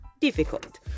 difficult